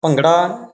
bhangra